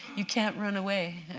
you can't run away.